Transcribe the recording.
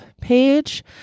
page